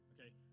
Okay